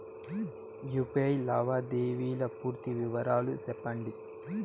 UPI లావాదేవీల పూర్తి వివరాలు సెప్పండి?